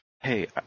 hey